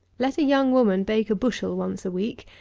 let a young woman bake a bushel once a week,